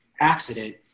accident